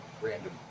random